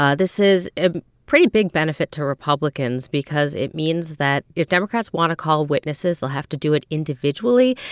ah this is a pretty big benefit to republicans because it means that if democrats want to call witnesses, they'll have to do it individually,